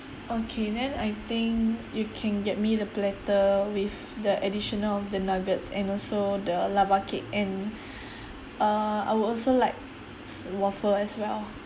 okay then I think you can get me the platter with the additional of the nuggets and also the lava cake and err I would also like waffle as well